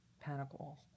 Pentacles